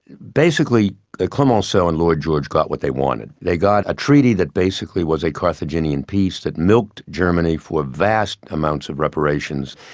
basically ah clemenceau and lloyd george got what they wanted. they got a treaty that basically was a carthaginian peace that milked germany for vast amounts of reparations.